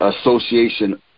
association